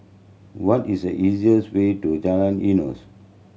what is the easiest way to Jalan Eunos